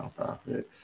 nonprofit